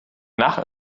nach